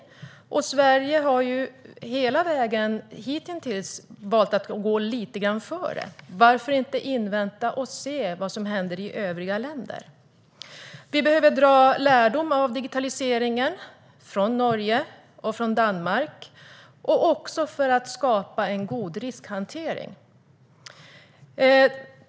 Sverige har hela vägen hitintills valt att gå lite grann före. Varför inte invänta och se vad som händer i övriga länder? Vi behöver dra lärdom av digitaliseringen från Norge och från Danmark också för att skapa en god riskhantering.